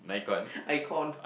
icon